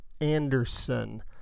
Anderson